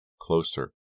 Closer